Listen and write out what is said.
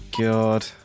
God